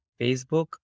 Facebook